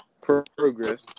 progress